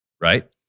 right